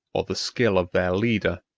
or the skill of their leader,